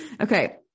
Okay